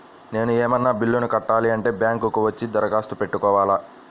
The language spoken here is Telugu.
నేను ఏమన్నా బిల్లును కట్టాలి అంటే బ్యాంకు కు వచ్చి దరఖాస్తు పెట్టుకోవాలా?